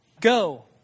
Go